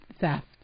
theft